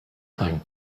thing